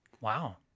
Wow